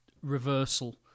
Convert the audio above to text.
reversal